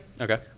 Okay